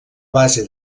base